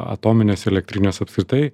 atominės elektrinės apskritai